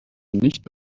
nicht